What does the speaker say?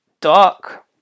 dark